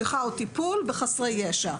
השגחה או טיפול בחסרי ישע.